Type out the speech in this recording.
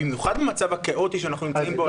במיוחד במצב הכאוטי שאנחנו נמצאים בו היום,